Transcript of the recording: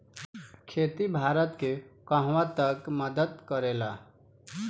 खेती भारत के कहवा तक मदत करे ला?